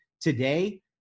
today